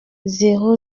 zéro